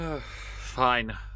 Fine